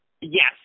yes